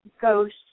ghost